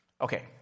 Okay